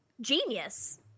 genius